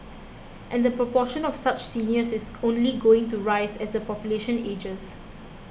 and the proportion of such seniors is only going to rise as the population ages